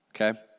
okay